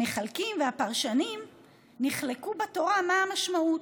הפרשנים נחלקו בתורה מה המשמעות: